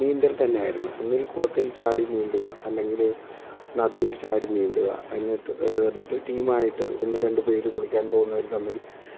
നീന്തൽ തന്നെ ആയിരുന്നു ഒന്നുകിൽ കുളത്തിൽ ചാടി നീന്തുക അല്ലെങ്കിൽ നദിയിൽ ചാടി നീന്തുക എന്നിട്ട് എന്നിട്ട് ടീമായിട്ട് ഒന്ന് രണ്ടു പേർ കുളിക്കാൻ പോകുന്നവർ തമ്മിൽ